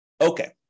Okay